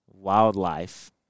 wildlife